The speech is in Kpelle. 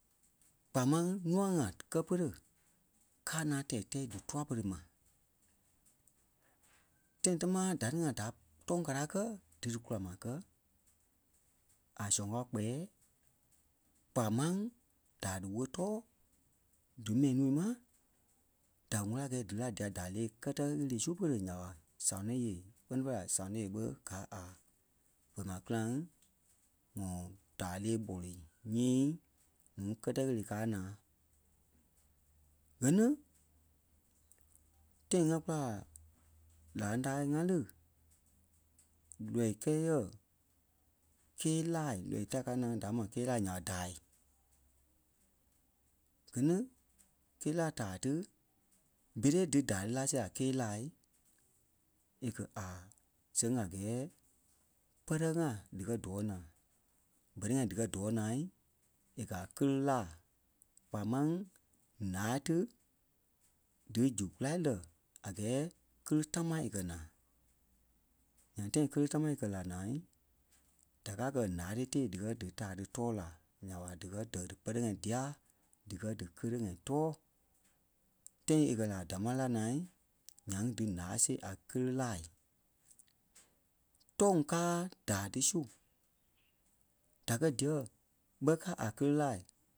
kpaa máŋ nua-ŋai kɛ́ pere kaa naa tɛt-tɛ́i dítua pere mai. Tãi támaa da ni ŋai da tɔ̂ŋ kala kɛ̀ dí dí kula maa kɛ̀ a zoŋ kao kpɛ́ɛ kpaa mȧŋ daa diwóli tɔɔ dímɛi nuu ma da wɛ̀li a gɛɛ di lí a dia daa lee kɛ́tɛ ɣele su pere nya ɓa Sanɔye kpɛ́ni fêi la Sanɔye ɓé gaa a boi-ma clan ŋɔ daai lee bɔli nyii núu kɛtɛ ɣele káa naa. Gɛ ni tãi ŋa kula la lalaŋ-ta ŋa lí lɔii kɛɛ yɛ̂ kee laa lɔii ta káa naa da maa kee laa nya ɓa daai. Gɛ ni kee laa taa ti berei dí daai dí láa see a kee laa e kɛ̀ a sɛŋ a gɛɛ pɛrɛ-ŋai díkɛ dɔɔ naa. Bɛrɛ-ŋai di kɛ̀ dɔɔ naa e kɛ̀ a kele láa kpaa máŋ ǹáa tí dí zulai lɛ́ a gɛɛ kele támaa e kɛ̀ naa. Nyaŋ tãi kele tamaa e kɛ́ la naa da kaa kɛ̀ láa ti tee díkɛ dítaa ti tɔɔ la, nya ɓa díkɛ dɛ dí pɛrɛ-ŋai dia, díkɛ di kele-ŋai tɔɔ tâi e kɛ̀ la a damaa la naa nyaŋ dí láa see a kele-laai. Tɔ̂ŋ káa daa ti su. Da kɛ diyɛɛ bɛ káa a kele-laa